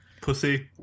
Pussy